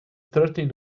thirteenth